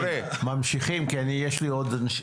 ממשיכים כי יש לי עוד.